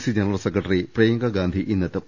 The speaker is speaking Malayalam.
C general secretary Priyanka Gandhi ഇന്നെത്തും